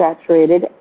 saturated